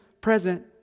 present